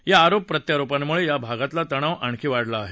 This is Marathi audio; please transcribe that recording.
या आरोप प्रत्यारोपांमुळे या भागातला तणाव आणखी वाढला आहे